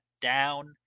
down